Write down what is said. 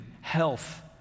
health